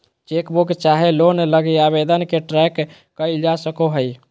chequebook चाहे loan लगी आवेदन के ट्रैक क़इल जा सको हइ